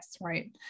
right